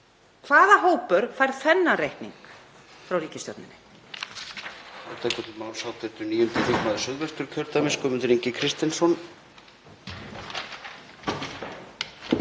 Hvaða hópur fær þennan reikning frá ríkisstjórninni?